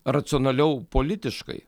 racionaliau politiškai